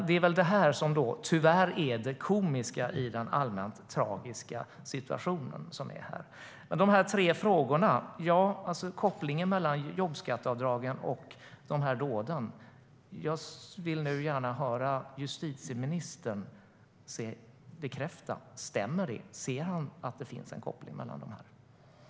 Det är väl detta som tyvärr är det komiska i den allmänt tragiska situationen.